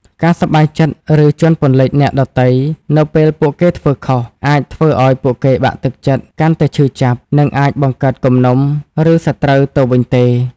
ការសប្បាយចិត្ត ឬជាន់ពន្លិចអ្នកដទៃនៅពេលពួកគេធ្វើខុស អាចធ្វើឱ្យពួកគេបាក់ទឹកចិត្ត កាន់តែឈឺចាប់ និងអាចបង្កើតគំនុំ ឬសត្រូវទៅវិញទេ។